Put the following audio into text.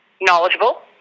knowledgeable